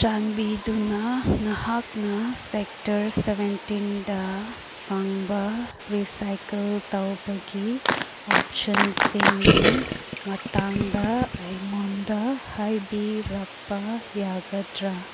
ꯆꯥꯟꯕꯤꯗꯨꯅ ꯅꯍꯥꯛꯅ ꯁꯦꯛꯇꯔ ꯁꯕꯦꯟꯇꯤꯟꯗ ꯐꯪꯕ ꯔꯤꯁꯥꯏꯀꯜ ꯇꯧꯕꯒꯤ ꯑꯣꯞꯁꯟꯁꯤꯡꯒꯤ ꯃꯇꯥꯡꯗ ꯑꯩꯉꯣꯟꯗ ꯍꯥꯏꯕꯤꯔꯛꯄ ꯌꯥꯒꯗ꯭ꯔꯥ